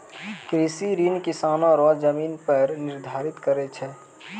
कृषि ऋण किसानो रो जमीन पर निर्धारित छै